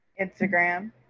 Instagram